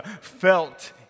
felt